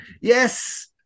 Yes